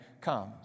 comes